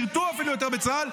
שירתו יותר בצה"ל,